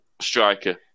striker